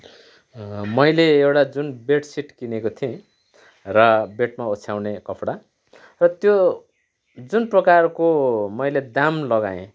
मैले एउटा जुन बेडसिट किनेको थिएँ र बेडमा ओछ्याउने कपडा र त्यो जुन प्रकारको मैले दाम लगाएँ